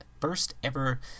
first-ever